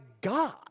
God